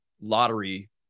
lottery